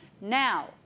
Now